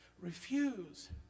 Refuse